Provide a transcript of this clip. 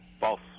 False